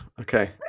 Okay